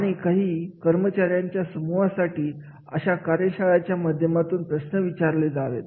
आणि काही कर्मचाऱ्यांच्या समुहासाठी अशा कार्यशाळेच्या माध्यमातून प्रश्न विचारून घ्यावे